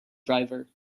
driver